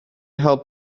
help